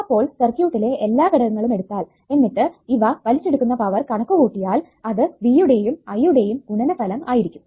അപ്പോൾ സർക്യൂട്ടിലെ എല്ലാ ഘടകങ്ങളും എടുത്താൽ എന്നിട്ട് ഇവ വലിച്ചെടുക്കുന്ന പവർ കണക്കുകൂട്ടിയാൽ അത് Vയുടെയും I യുടെയും ഗുണനഫലം ആയിരിക്കും